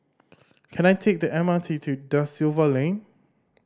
can I take the M R T to Da Silva Lane